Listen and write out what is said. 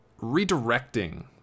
redirecting